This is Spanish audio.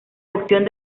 cocción